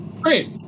Great